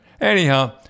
Anyhow